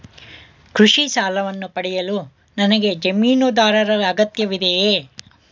ಕೃಷಿ ಸಾಲವನ್ನು ಪಡೆಯಲು ನನಗೆ ಜಮೀನುದಾರರ ಅಗತ್ಯವಿದೆಯೇ?